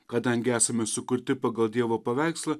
kadangi esame sukurti pagal dievo paveikslą